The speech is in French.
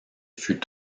fut